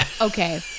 Okay